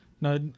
No